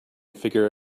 figure